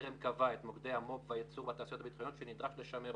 טרם קבע את מוקדי המו"פ והייצור בתעשיות הביטחוניות שנדרש לשמר.